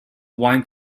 wine